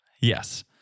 Yes